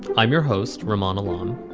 i'm your host, ramona, alone,